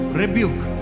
rebuke